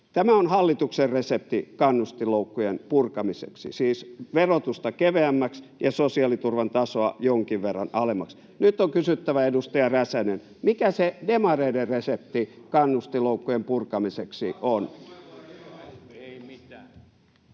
Tämä on hallituksen resepti kannustinloukkujen purkamiseksi — siis verotusta keveämmäksi ja sosiaaliturvan tasoa jonkin verran alemmaksi. Nyt on kysyttävä, edustaja Räsänen: mikä se demareiden resepti kannustinloukkujen purkamiseksi on?